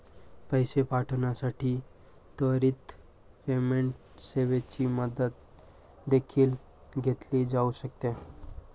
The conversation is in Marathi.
पैसे पाठविण्यासाठी त्वरित पेमेंट सेवेची मदत देखील घेतली जाऊ शकते